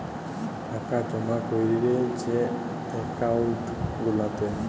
টাকা জমা ক্যরে যে একাউল্ট গুলাতে